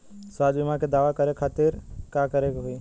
स्वास्थ्य बीमा के दावा करे के खातिर का करे के होई?